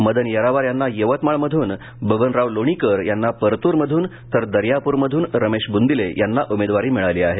मदन येरावार यांना यवतमाळ मधून बबनराव लोणीकर यांना परतूरमधून तर दर्यापुरमधून रमेश बूंदिले यांना उमेदवारी मिळाली आहे